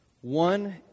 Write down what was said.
One